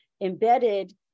embedded